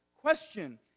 question